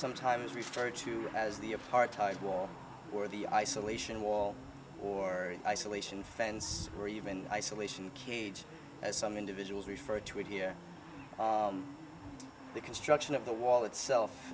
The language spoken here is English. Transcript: sometimes referred to as the apartheid wall or the isolation wall or isolation fence or even isolation cage as some individuals refer to it here the construction of the wall itself